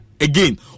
again